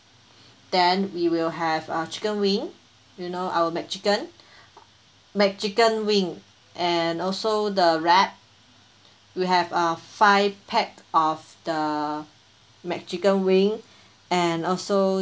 then we will have uh chicken wing you know our mcchicken mcchicken wing and also the wrap you have uh five pack of the mcchicken wing and also